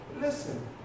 Listen